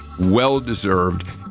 well-deserved